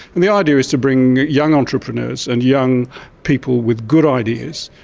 and the idea is to bring young entrepreneurs and young people with good ideas,